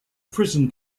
prison